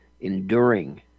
enduring